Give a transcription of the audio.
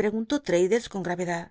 preguntó l'raddles con grayedad